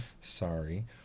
Sorry